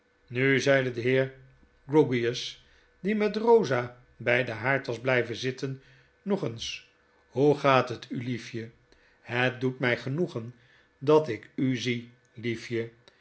nu zeide de heer grewgious die met eosa by den haard was blyven zitten nog eens hoe gaat het u liefje het doet my genoegen dat ik u zie liefje